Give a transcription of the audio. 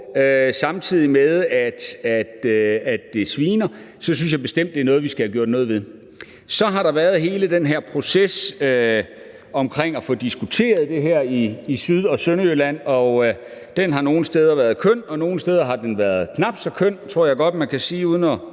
samtidig ud fra, at det sviner, at jeg bestemt synes, det er noget, vi skal have gjort noget ved. Så har der været hele den her proces omkring at få diskuteret det her i Syd- og Sønderjylland. Den har nogle steder været køn, og nogle steder har den været knap så køn – det tror jeg godt man kan sige uden at